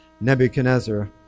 Nebuchadnezzar